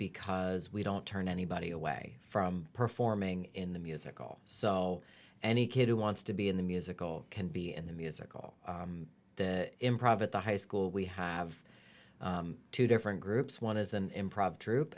because we don't turn anybody away from performing in the musical so any kid who wants to be in the musical can be in the musical improv at the high school we have two different groups one is an improv tro